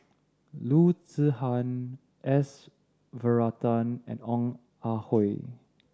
Loo Zihan S Varathan and Ong Ah Hoi